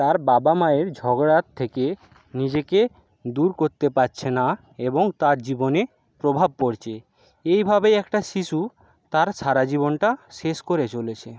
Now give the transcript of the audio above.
তার বাবা মায়ের ঝগড়ার থেকে নিজেকে দূর করতে পারছে না এবং তার জীবনে প্রভাব পড়ছে এইভাবেই একটা শিশু তার সারা জীবনটা শেষ করে চলেছে